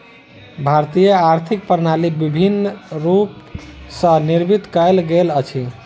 भारतीय आर्थिक प्रणाली विभिन्न रूप स निर्मित कयल गेल अछि